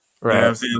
Right